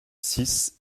six